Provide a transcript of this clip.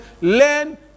Learn